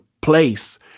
place